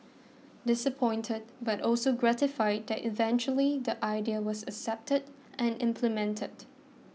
disappointed but also gratified that eventually the idea was accepted and implemented